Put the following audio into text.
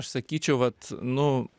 aš sakyčiau vat nu